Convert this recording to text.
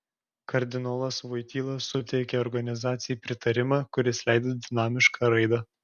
kardinolas voityla suteikė organizacijai pritarimą kuris leido dinamišką raidą